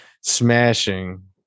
smashing